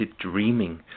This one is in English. dreaming